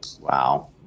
Wow